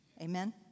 amen